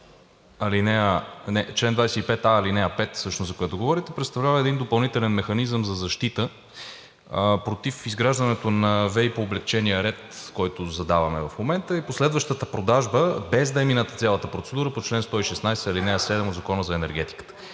няма. Член 25а, ал. 5 всъщност, за която говорите, представлява един допълнителен механизъм за защита против изграждането на ВЕИ по-облекчения ред, който задаваме в момента, и последващата продажба, без да е мината цялата процедура по чл. 116, ал. 7 от Закона за енергетиката.